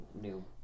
New